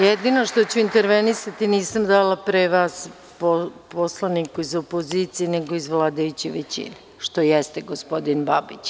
Jedino što ću intervenisati – nisam dala pre vas reč poslaniku iz opozicije nego iz vladajuće većine, što jeste gospodin Babić.